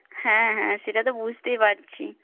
হ্যাঁ হ্যাঁ সেটা তো বুঝতেই পারছি